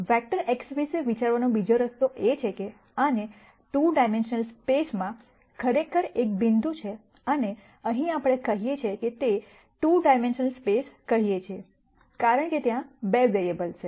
vector X વિશે વિચારવાનો બીજો રસ્તો એ છે કે આને 2 ડાઈમેન્શનલ સ્પેસમાં ખરેખર એક બિંદુ છે અને અહીં આપણે કહીએ છીએ કે તે 2 ડાઈમેન્શનલ સ્પેસ કહીએ છીએ કારણ કે ત્યાં 2 વેરીએબ્લસ છે